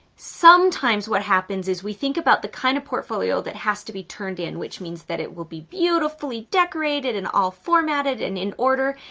sometimes what happens is we think about the kind of portfolio that has to be turned in, which means that it will be beautifully decorated and all formatted and in order.